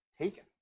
taken